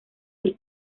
del